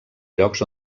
llocs